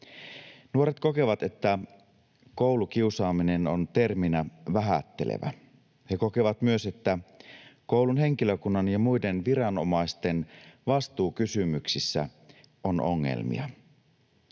Nuoret kokevat, että koulukiusaaminen on terminä vähättelevä. He kokevat myös, että koulun henkilökunnan ja muiden viranomaisten vastuukysymyksissä on ongelmia.